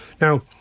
Now